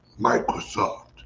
Microsoft